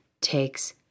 takes